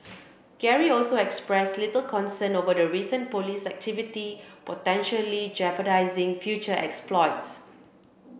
Gary also expressed little concern over the recent police activity potentially jeopardising future exploits